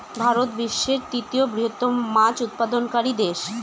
ভারত বিশ্বের তৃতীয় বৃহত্তম মাছ উৎপাদনকারী দেশ